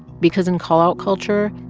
because in call-out culture,